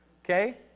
Okay